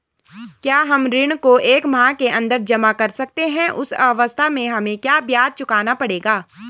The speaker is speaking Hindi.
क्या हम ऋण को एक माह के अन्दर जमा कर सकते हैं उस अवस्था में हमें कम ब्याज चुकाना पड़ेगा?